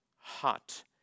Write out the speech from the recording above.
hot